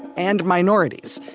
and minorities.